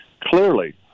clearly